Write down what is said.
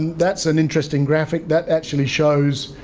that's an interesting graphic, that actually shows